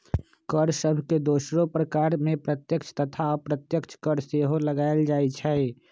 कर सभके दोसरो प्रकार में प्रत्यक्ष तथा अप्रत्यक्ष कर सेहो लगाएल जाइ छइ